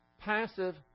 passive